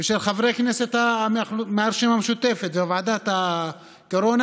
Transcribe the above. ושל חברי כנסת מהרשימה המשותפת וועדת הקורונה